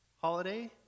holiday